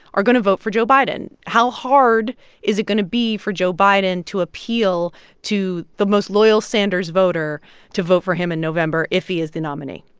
are going to vote for joe biden? how hard is it going to be for joe biden to appeal to the most loyal sanders voter to vote for him in november if he is the nominee?